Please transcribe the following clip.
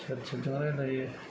सोर सोरजों रायज्लायो